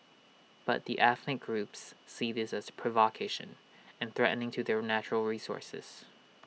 but the ethnic groups see this as provocation and threatening to their natural resources